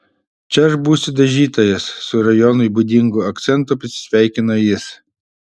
čia aš būsiu dažytojas su rajonui būdingu akcentu pasisveikino jis